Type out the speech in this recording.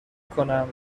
کنم